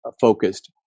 focused